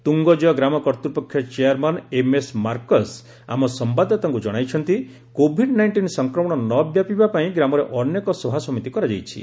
ତୁଙ୍ଗଜୟ ଗ୍ରାମ କର୍ତ୍ତ୍ୱପକ୍ଷ chairman MS Marks ଆମ ସମ୍ଭାଦଦାତାଙ୍କ ଜଣାଇଛନ୍ତି କୋଭିଡ୍ ନାଇଣ୍ଜିନ୍ ସଂକ୍ରମଣ ନ ବ୍ୟାପିବା ପାଇଁ ଗ୍ରାମରେ ଅନେକ ସଭାସମିତି କରାଯାଇଛି